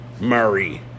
Murray